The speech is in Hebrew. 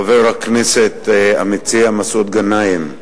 חבר הכנסת המציע מסעוד גנאים,